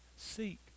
seek